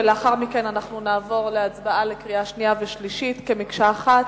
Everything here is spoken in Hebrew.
ולאחר מכן נעבור להצבעה בקריאה שנייה ובקריאה שלישית כמקשה אחת.